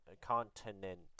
continent